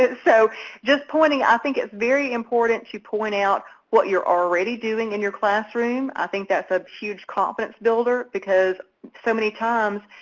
so just pointing i think it's very important to point out what you're already doing in your classroom. i think that's a huge confidence builder, because so many times,